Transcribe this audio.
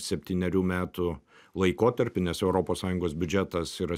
septynerių metų laikotarpį nes europos sąjungos biudžetas yra